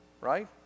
Right